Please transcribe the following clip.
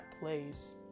place